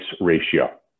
ratio